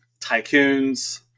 tycoons